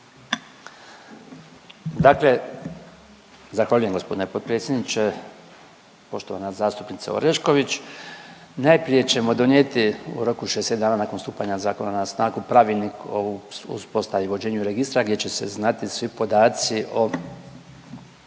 Dakle zahvaljujem g. potpredsjedniče. Poštovana zastupnice Orešković. Najprije ćemo donijeti u roku 60 dana nakon stupanja zakona na snagu pravilnik o uspostavi i vođenju registra, gdje će se znati svi podaci o,